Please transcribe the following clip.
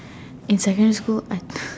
in secondary school I